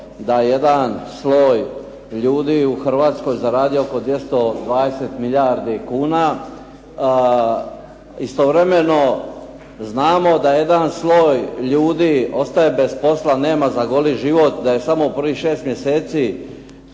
da jedan sloj ljudi u Hrvatskoj zaradio oko 220 milijardi kuna, istovremeno, znamo da jedan sloj ljudi ostaje bez posla, nema za goli život, da je samo prvih 6 mjeseci